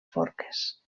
forques